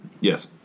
Yes